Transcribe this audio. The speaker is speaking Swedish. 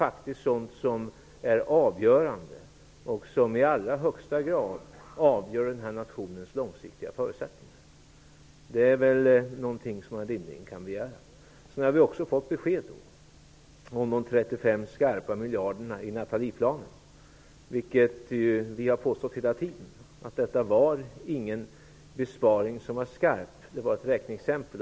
Detta är sådant som i allra högsta grad är avgörande för vår nations långsiktiga förutsättningar. Vi har nu fått besked om de 35 skarpa miljarderna i Nathalieplanen. Vi har hela tiden påstått att detta inte var någon skarp besparing utan ett räkneexempel.